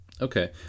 Okay